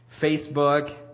Facebook